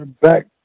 back